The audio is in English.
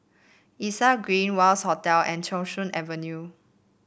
Elias Green Wangz Hotel and Thong Soon Avenue